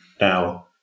Now